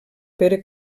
pere